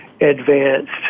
advanced